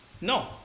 No